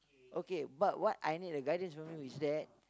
okay but what I need a guidance for me is that